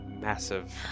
massive